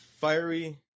Fiery